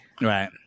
right